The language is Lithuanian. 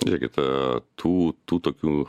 žiūrėkite tų tų tokių